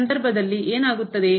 ಈ ಸಂದರ್ಭದಲ್ಲಿ ಏನಾಗುತ್ತದೆ